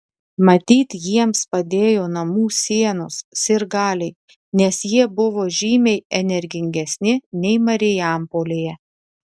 matyt jiems padėjo namų sienos sirgaliai nes jie buvo žymiai energingesni nei marijampolėje